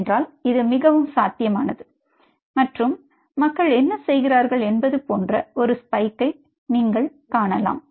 ஏனென்றால் இது மிகவும் சாத்தியமானது மற்றும் மக்கள் என்ன செய்கிறார்கள் என்பது போன்ற ஒரு ஸ்பைக்கை நீங்கள் காணலாம்